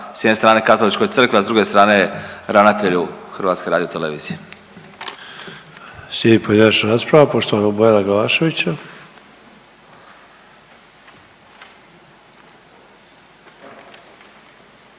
s jedne strane Katoličkoj crkvi, a s druge strane ravnatelju HRT-a. **Sanader, Ante (HDZ)** Slijedi pojedinačna rasprava poštovanog Bojana Glavaševića.